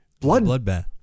bloodbath